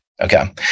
Okay